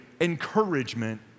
encouragement